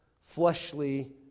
fleshly